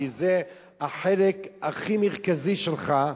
כי זה החלק הכי מרכזי שלך,